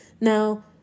Now